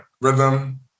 rhythm